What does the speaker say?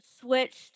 switched